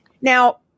Now